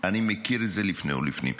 אני מכיר את זה לפני ולפנים.